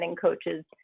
coaches